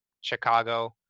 Chicago